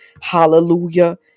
hallelujah